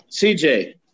CJ